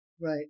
Right